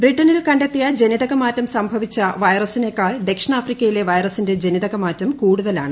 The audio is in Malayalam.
ബ്രിട്ടനിൽ കണ്ടെത്തിയ ജനിതക മാറ്റം സംഭവിച്ച വൈറസിനെക്കാൾ ദക്ഷിണാഫ്രിക്കയിലെ വൈറസിന്റെ ജനിതകമാറ്റം കൂടുതലാണ്